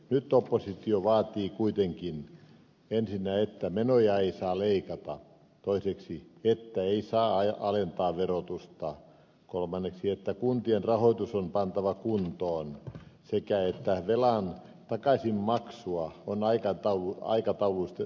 nyt oppositio vaatii kuitenkin ensinnä että menoja ei saa leikata toiseksi että ei saa alentaa verotusta kolmanneksi että kuntien rahoitus on pantava kuntoon sekä että velan takaisinmaksua on aikataulutettava